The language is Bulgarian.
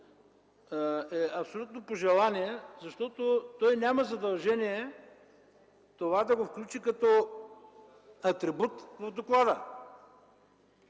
е абсолютно пожелание, защото той няма задължение да включи това като атрибут в доклада.